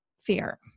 fear